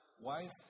wife